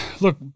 look